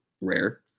rare